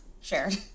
shared